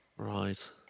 Right